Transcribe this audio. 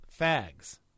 fags